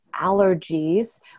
allergies